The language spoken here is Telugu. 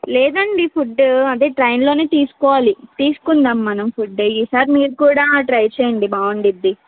లేదండి ఫుడ్డు అదే ట్రైన్లోనే తీసుకోవాలి తీసుకుందాం మనం ఫుడ్డు ఈ సారి మీరు కూడా ట్రై చెయ్యండి బాగుంటుంది